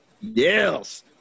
Yes